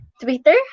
Twitter